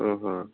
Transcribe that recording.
ହଁ ହଁ